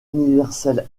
universel